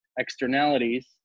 externalities